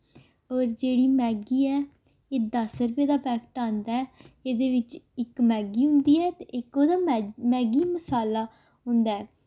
होर जेह्ड़ी मैगी ऐ एह् दस रपेऽ दा पैक्ट आंदा ऐ एह्दे बिच्च इक मैगी होंदी ऐ ते इक ओह्दा मैगी मसाला होंदा ऐ